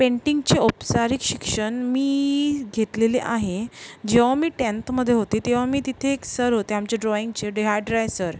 पेंटिंगचे औपचारिक शिक्षण मी घेतलेले आहे जेव्हा मी टेन्थमध्ये होती तेव्हा मी तिथे एक सर होते आमचे ड्रॉईंगचे देहादराय सर